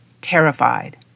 terrified